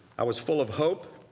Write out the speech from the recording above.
i was full of hope,